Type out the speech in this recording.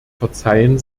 verzeihen